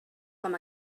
com